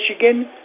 Michigan